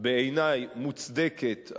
בעיני מוצדקת,